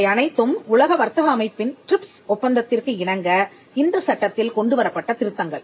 இவை அனைத்தும் உலக வர்த்தக அமைப்பின் டிரிப்ஸ் ஒப்பந்தத்திற்கு இணங்க இந்த சட்டத்தில் கொண்டு வரப்பட்ட திருத்தங்கள்